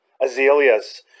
Azaleas